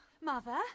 Mother